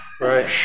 right